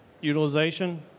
utilization